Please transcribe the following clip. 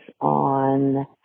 on